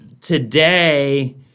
today